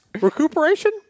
recuperation